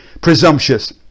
presumptuous